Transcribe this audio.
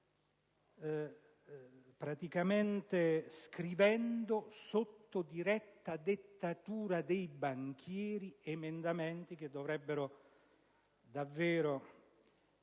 praticamente sotto diretta dettatura dei banchieri degli emendamenti che dovrebbero davvero